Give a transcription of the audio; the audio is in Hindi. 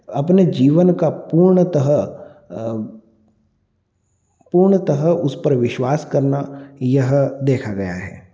अपने जीवन का पूर्णतः पूर्णतः उस पर विश्वास करना यह देखा गया है